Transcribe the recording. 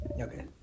Okay